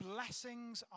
Blessings